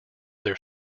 their